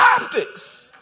optics